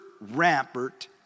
rampart